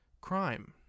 Crime